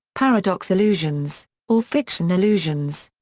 paradox illusions, or fiction illusions.